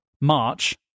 March